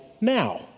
now